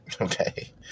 Okay